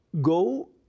Go